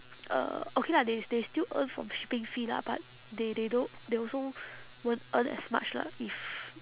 uh okay lah they they still earn from shipping fee lah but they they don't they also won't earn as much lah if